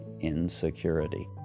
insecurity